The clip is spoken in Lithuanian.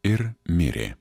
ir mirė